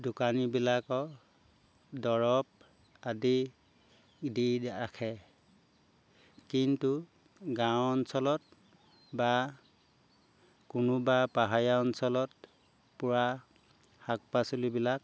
দোকানীবিলাকৰ দৰৱ আদি দি ৰাখে কিন্তু গাঁও অঞ্চলত বা কোনোবা পাহাৰীয়া অঞ্চলত পূৰা শাক পাচলিবিলাক